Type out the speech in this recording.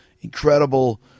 incredible